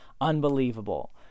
unbelievable